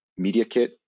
MediaKit